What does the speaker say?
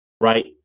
right